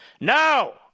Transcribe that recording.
No